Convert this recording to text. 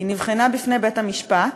היא נבחנה בפני בית-המשפט,